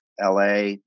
LA